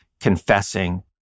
confessing